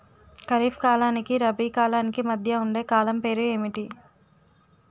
ఖరిఫ్ కాలానికి రబీ కాలానికి మధ్య ఉండే కాలం పేరు ఏమిటి?